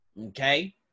okay